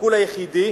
השיקול היחידי